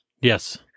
Yes